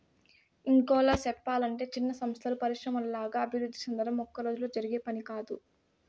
ఇంకోలా సెప్పలంటే చిన్న సంస్థలు పరిశ్రమల్లాగా అభివృద్ధి సెందడం ఒక్కరోజులో జరిగే పని కాదు